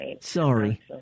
Sorry